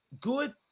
good